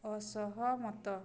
ଅସହମତ